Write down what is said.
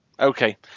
Okay